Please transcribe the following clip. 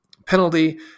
penalty